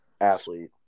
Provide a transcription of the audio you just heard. Athlete